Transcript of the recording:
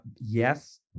yes